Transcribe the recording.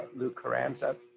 louis carranza.